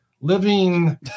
living